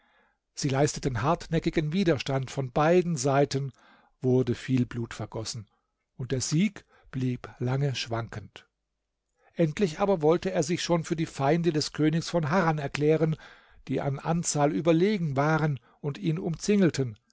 sie leisteten hartnäckigen widerstand von beiden seiten wurde viel blut vergossen und der sieg blieb lange schwankend endlich aber wollte er sich schon für die feinde des königs von harran erklären die an anzahl überlegen waren und ihn umzingelten